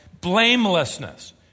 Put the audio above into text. blamelessness